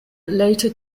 later